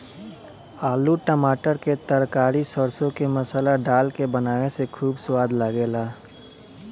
आलू टमाटर के तरकारी सरसों के मसाला डाल के बनावे से खूब सवाद लागेला